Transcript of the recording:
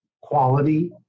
quality